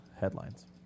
headlines